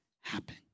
happen